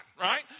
right